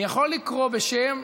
אני יכול לקרוא בשם,